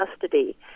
custody